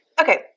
Okay